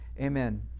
Amen